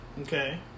Okay